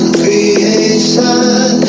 creation